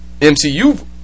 MCU